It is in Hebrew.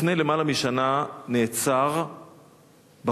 לפני למעלה משנה נעצר בחור